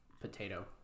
potato